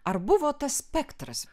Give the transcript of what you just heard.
ar buvo tas spektras